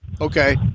Okay